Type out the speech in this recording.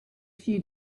few